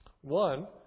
One